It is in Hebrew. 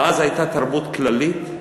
ואז הייתה תרבות כללית,